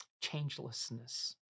changelessness